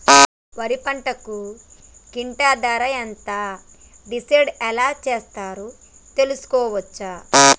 వరి పంటకు క్వింటా ధర ఎంత డిసైడ్ ఎలా చేశారు తెలుసుకోవచ్చా?